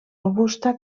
robusta